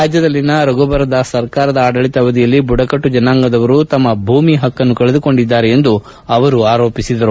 ರಾಜ್ಯದಲ್ಲಿನ ರಘುಬರ್ದಾಸ್ ಸರ್ಕಾರದ ಆಡಳಿತಾವಧಿಯಲ್ಲಿ ಬುಡಕಟ್ಟು ಜನಾಂಗದವರು ತಮ್ಮ ಭೂಮಿ ಪಕ್ಕನ್ನು ಕಳೆದುಕೊಂಡಿದ್ದಾರೆಂದು ಅವರು ಟೀಕಿಸಿದರು